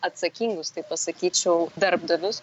atsakingus taip pasakyčiau darbdavius